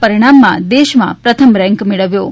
પરીણામમાં દેશમાં પ્રથમ રેન્ક મેળવ્યો છે